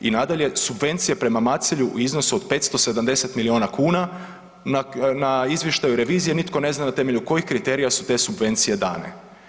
I nadalje, subvencije prema Macelju u iznosu od 570 miliona kuna na izvještaju revizije nitko ne zna na temelju kojih kriterija su te subvencije dane.